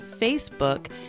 Facebook